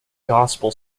gospel